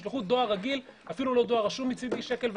שישלחו דואר רגיל, אפילו לא רשום 1.10 שקלים.